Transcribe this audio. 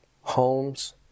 homes